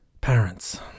parents